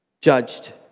judged